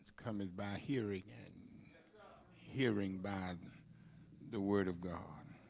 cometh by hearing and hearing by the word of god